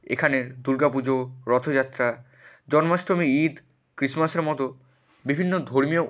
এখানে দুর্গা পুজো রথযাত্রা জন্মাষ্টমী ঈদ ক্রিসমাসের মতো বিভিন্ন ধর্মীয়